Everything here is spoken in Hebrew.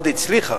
מאוד הצליחה,